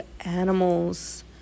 animals